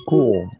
Cool